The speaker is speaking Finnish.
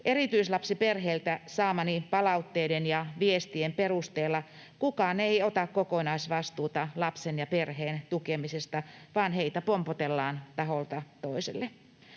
Erityislapsiperheiltä saamani palautteiden ja viestien perusteella kukaan ei ota kokonaisvastuuta lapsen ja perheen tukemisesta, vaan heitä pompotellaan taholta toiselle.